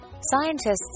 Scientists